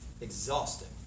exhausting